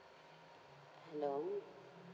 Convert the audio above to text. hello